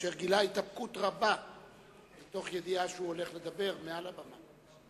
אשר גילה התאפקות רבה מתוך ידיעה שהוא הולך לדבר מעל הבמה.